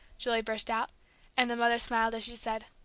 julie burst out and the mother smiled as she said,